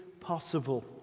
possible